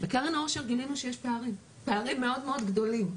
בקרן העושר גילינו שיש פערים מאוד מאוד גדולים.